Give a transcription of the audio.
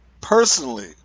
personally